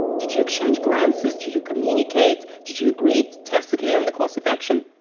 did you exchange glances, did you communicate, did you agree tacitly on the course of action?